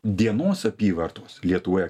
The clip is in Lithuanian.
dienos apyvartos lietuvoje